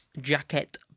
jacket